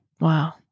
Wow